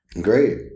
Great